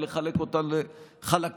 ולחלק אותן לחלקים,